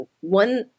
one